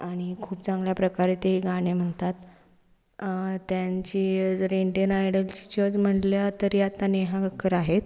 आणि खूप चांगल्या प्रकारे ते गाणे म्हणतात त्यांची जर इंडियन आयडल्सचं जज म्हणल्या तरी आता नेहा खक्कर आहेत